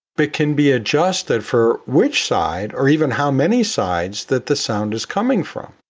but can be adjusted for which side or even how many sides that the sound is coming from.